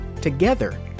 together